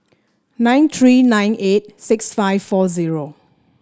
nine three nine eight six five four zero